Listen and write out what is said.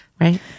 right